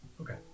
Okay